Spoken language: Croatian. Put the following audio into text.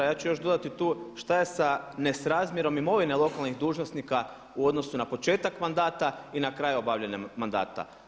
Ja ću još dodati tu šta je sa nesrezmjerom imovine lokalnih dužnosnika u odnosu na početak mandata i na kraj obavljanja mandata.